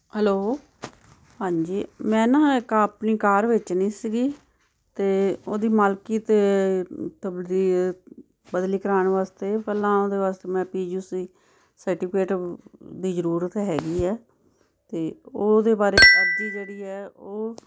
hello ਹਾਂਜੀ ਮੈਂ ਨਾ ਇੱਕ ਆਪਣੀ ਕਾਰ ਵੇਚਣੀ ਸੀਗੀ ਅਤੇ ਉਹਦੀ ਮਾਲਕੀ ਅਤੇ ਤਬਦੀਲ ਬਦਲੀ ਕਰਵਾਉਣ ਵਾਸਤੇ ਪਹਿਲਾਂ ਉਹਦੇ ਵਾਸਤੇ ਮੈਂ ਪੀ ਯੂ ਸੀ ਸਰਟੀਫਿਕੇਟ ਦੀ ਜ਼ਰੂਰਤ ਹੈਗੀ ਹੈ ਅਤੇ ਉਹਦੇ ਬਾਰੇ ਅਰਜ਼ੀ ਜਿਹੜੀ ਹੈ ਉਹ